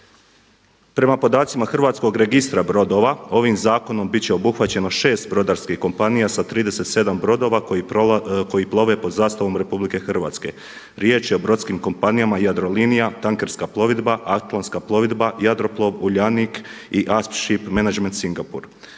Prema podacima Hrvatskog registra brodova ovim zakonom bit će obuhvaćeno šest brodarskih kompanija sa 37 brodova koji plove pod zastavom RH. Riječ je o brodskim kompanijama Jadrolinija, Tankerska plovidba, Atlantska plovidba, Jadroplov, Uljanik i ASP Ship Management Singapur.